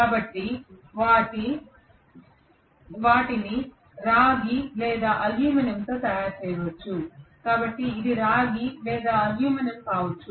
కాబట్టి వాటిని రాగి లేదా అల్యూమినియంతో తయారు చేయవచ్చు కాబట్టి ఇది రాగి లేదా అల్యూమినియం కావచ్చు